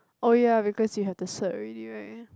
oh ya because you have the cert already right